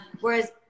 whereas